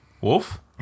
wolf